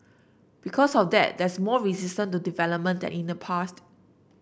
because of that there's more resistance to development than in the past